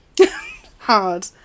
Hard